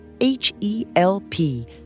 H-E-L-P